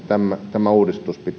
tämä uudistus